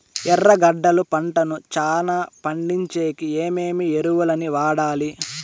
ఎర్రగడ్డలు పంటను చానా పండించేకి ఏమేమి ఎరువులని వాడాలి?